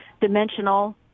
Dimensional